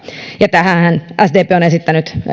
ja tähänhän sdp on esittänyt